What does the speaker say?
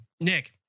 Nick